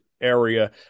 area